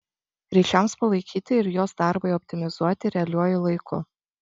ryšiams palaikyti ir jos darbui optimizuoti realiuoju laiku